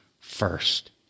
first